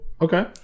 Okay